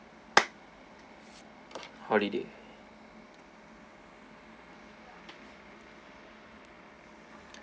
holiday